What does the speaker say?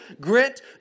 Grit